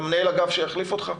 למנהל האגף שיחליף אותך?